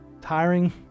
tiring